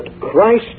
Christ